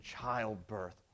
childbirth